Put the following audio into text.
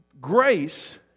Grace